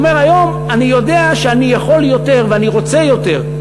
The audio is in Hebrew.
והוא אומר: היום אני יודע שאני יכול יותר ואני רוצה יותר,